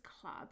club